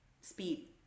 speed